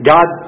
God